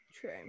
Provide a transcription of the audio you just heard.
true